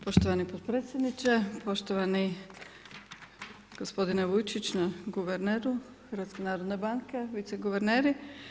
Poštovani potpredsjedniče, poštovani gospodine Vujčić, guverneru HNB-a, viceguverneri.